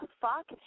fuck